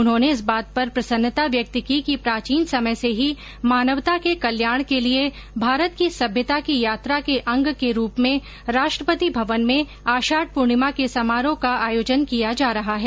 उन्होंने इस बात पर प्रसन्नता व्यक्त की कि प्राचीन समय से ही मानवता के कल्याण के लिए भारत की सभ्यता की यात्रा के अंग के रूप में राष्ट्रपति भवन में आषाढ पूर्णिमा के समारोह का आयोजन किया जा रहा है